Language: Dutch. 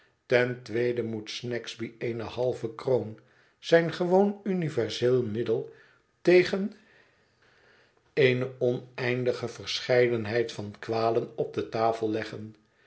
ten tweede moet snagsby eene halve kroon zijn gewoon universeel middel tegen eene oneindige verscheidenheid van kwalen op de tafel leggen